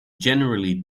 generally